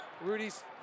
Rudy's